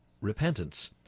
REPENTANCE